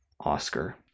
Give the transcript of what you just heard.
Oscar